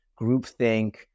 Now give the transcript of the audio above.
groupthink